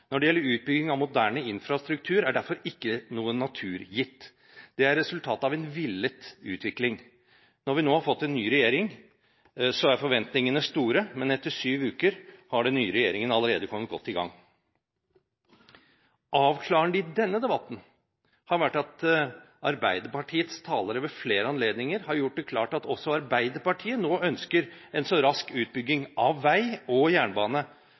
når det gjelder utbygging av moderne infrastruktur, er derfor ikke noe naturgitt. Det er resultatet av en villet utvikling. Når vi nå har fått en ny regjering, er forventningene store, men etter syv uker har den nye regjeringen allerede kommet godt i gang. Avklarende i denne debatten har vært at Arbeiderpartiets talere ved flere anledninger har gjort det klart at også Arbeiderpartiet nå ønsker en så rask utbygging av vei og jernbane